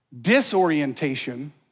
disorientation